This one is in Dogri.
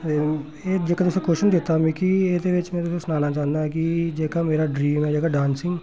ते एह् जेह्का तुसें क्वाशन दित्ता मिगी एह्दे बिच्च में तुसें गी सनाना चाह्न्नां कि जेह्का मेरा ड्रीम ऐ जेह्का डांसिंग